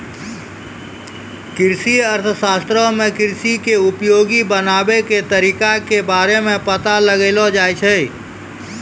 कृषि अर्थशास्त्रो मे कृषि के उपयोगी बनाबै के तरिका के बारे मे पता लगैलो जाय छै